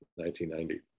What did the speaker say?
1990